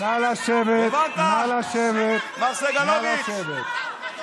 הבנת, מר סגלוביץ'?